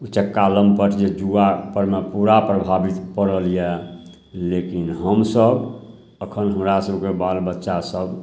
उचक्का लम्पट जे जुआपरमे पूरा प्रभावित पड़ल यऽ लेकिन हमसभ एखन हमरासभके बाल बच्चासभ